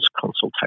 consultation